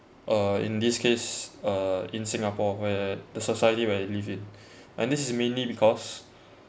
uh in this case uh in singapore where the society where you live in and this is mainly because